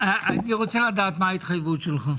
אני רוצה לדעת מה ההתחייבות שלך.